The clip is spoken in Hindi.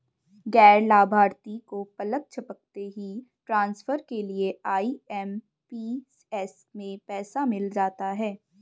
गैर लाभार्थी को पलक झपकते ही ट्रांसफर के लिए आई.एम.पी.एस से पैसा मिल जाता है